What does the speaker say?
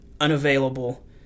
unavailable